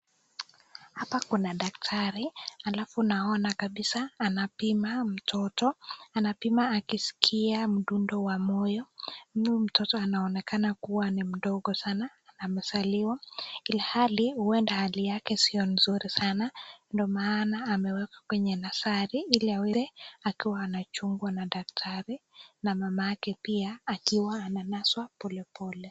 Hapa kuna daktari alafu naona kabisa anapima akiskia mdundo wa moyo na huyo mtoto anaonekana kuwa ni mdogo sana amezaliwa ilhali huenda hali yake sio mzuri sana ndio maana amewekwa kwenye nasari ili alazwe akiwa anachungwa na daktari na mamake pia akiwa analazwa polepole.